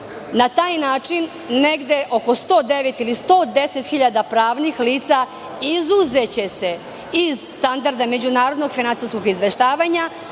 Na taj način, negde oko 109.000 ili 110.000 pravnih lica izuzeće se iz Standarda međunarodnog finansijskog izveštavanja,